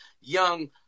young